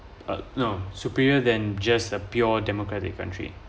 uh no superior than just a pure democratic country